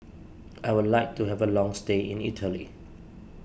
I would like to have a long stay in Italy